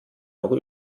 noch